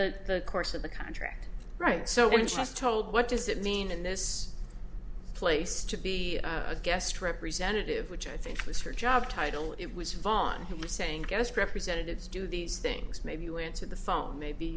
the course of the contract right so when just told what does it mean in this place to be a guest representative which i think it was her job title it was vonn who were saying guest representatives do these things maybe you answer the phone maybe